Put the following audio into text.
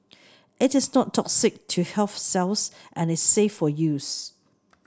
it is not toxic to healthy cells and is safe for use